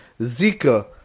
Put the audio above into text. Zika